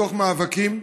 בתוך מאבקים,